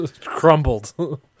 crumbled